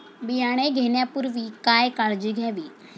बियाणे घेण्यापूर्वी काय काळजी घ्यावी?